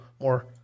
more